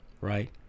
Right